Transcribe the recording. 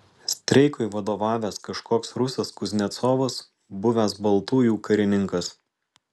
streikui vadovavęs kažkoks rusas kuznecovas buvęs baltųjų karininkas